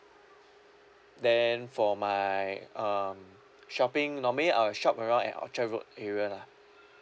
then for my um shopping normally I shop around at orchard road area lah